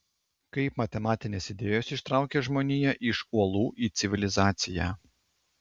kaip matematinės idėjos ištraukė žmoniją iš olų į civilizaciją